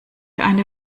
eine